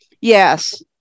Yes